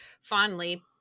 fondly